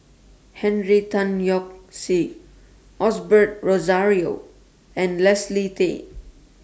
Henry Tan Yoke See Osbert Rozario and Leslie Tay